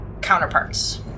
counterparts